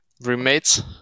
roommates